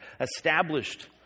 Established